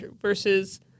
versus